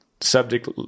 subject